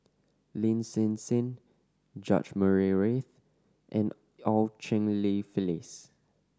Lin Hsin Hsin George Murray Reith and Eu Cheng Li Phyllis